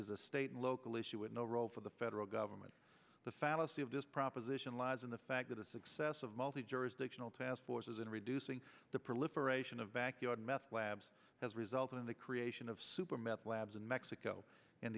is a state and local issue with no role for the federal government the fallacy of this proposition lies in the fact that the success of multi jurisdictional task forces in reducing the proliferation of backyard meth labs has resulted in the creation of super meth labs in mexico and